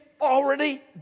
already